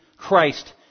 Christ